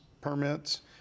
permits